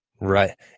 Right